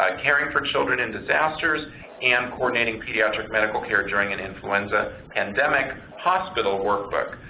um caring for children in disasters and coordinating pediatric medical care during an influenza pandemic hospital workbook.